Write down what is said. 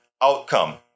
outcome